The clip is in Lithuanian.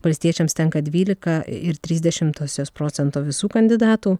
valstiečiams tenka dvylika ir trys dešimtosios procento visų kandidatų